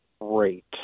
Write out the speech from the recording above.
great